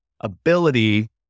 ability